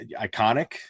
iconic